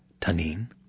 Tanin